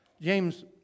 James